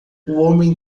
homem